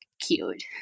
cute